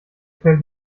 fällt